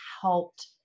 helped